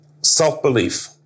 self-belief